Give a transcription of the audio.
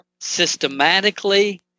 systematically